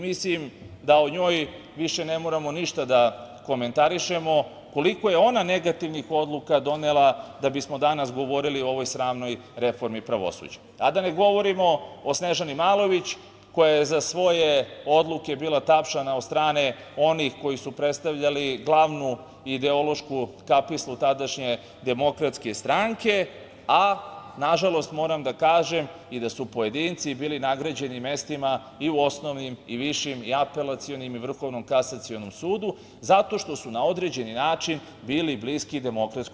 Mislim da o njoj više ne moramo ništa da komentarišemo, koliko je ona negativnih odluka donela da bismo danas govorili o ovoj sramnoj reformi pravosuđa, a da ne govorimo o Snežani Malović koja je za svoje odluke bila tapšana od strane onih koji su predstavljali glavnu ideološku kapislu tadašnje DS, a nažalost, moram da kažem, pojedinci su bili nagrađeni mestima u osnovnim i višim i apelacionim i Vrhovnom kasacionom sudu zato što su na određeni način bili bliski DS.